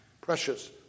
precious